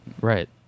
Right